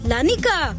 Lanika